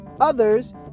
others